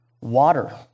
Water